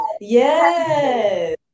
Yes